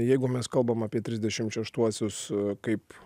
jeigu mes kalbam apie trisdešimt šeštuosius kaip